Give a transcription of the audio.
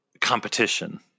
competition